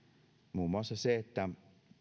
muun muassa se että